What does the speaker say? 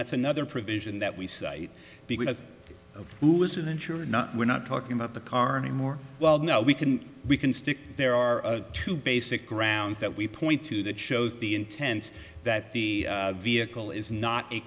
that's another provision that we cite because of who is in insured not we're not talking about the carney more well now we can we can stick there are two basic grounds that we point to that shows the intent that the vehicle is not a